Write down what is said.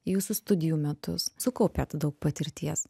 jūsų studijų metus sukaupėt daug patirties